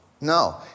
no